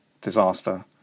disaster